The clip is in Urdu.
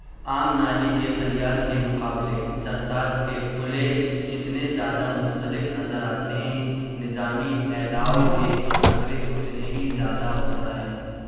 عام نالی کے خلیات کے مقابلے سرطاس کے خلے جتنے زیادہ مختلف نظر آتے ہیں نظامی پھیلاؤ کے خطرے اتنے ہی زیادہ ہوتا ہے